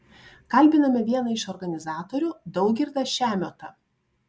kalbiname vieną iš organizatorių daugirdą šemiotą